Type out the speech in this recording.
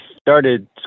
started